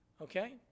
Okay